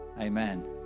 Amen